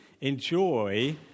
enjoy